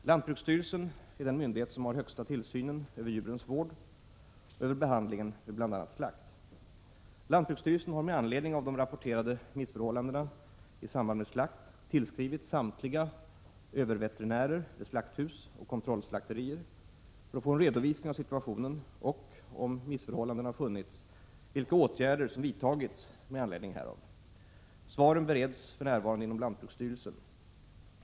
Lantbruksstyrelsen är den myndighet som har högsta tillsynen över djurens vård och över behandlingen vid bl.a. slakt. Lantbruksstyrelsen har med anledning av rapporterade missförhållanden i samband med slakt = Prot. 1986/87:58 tillskrivit samtliga överveterinärer vid slakthus och kontrollslakterier för att 22 januari 1987 få en redovisning av situationen och, om missförhållanden har funnits, vilka åtgärder som vidtagits med anledning härav. Svaren bereds för närvarande inom lantbruksstyrelsen.